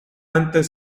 antes